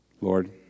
Lord